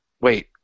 wait